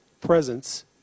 Presence